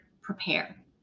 prepare